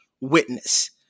witness